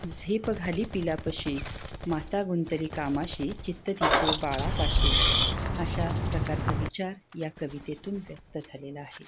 झेप घाली पिलापाशी माता गुंतली कामाशी चित्त तिचे बाळापाशी अशा प्रकारचा विचार या कवितेतून व्यक्त झालेला आहे